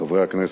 חברי הכנסת,